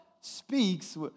speaks